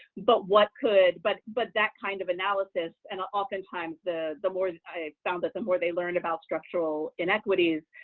but what could but but that kind of analysis and ah oftentimes, the the more, i ah found that the more they learn about structural inequities,